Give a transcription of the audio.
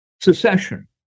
secession